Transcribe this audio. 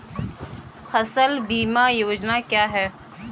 फसल बीमा योजना क्या है?